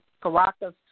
Caracas